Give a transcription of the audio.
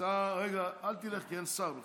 אל תלך, כי אין שר.